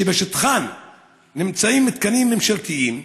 שבשטחן נמצאים מתקנים ממשלתיים,